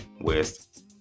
West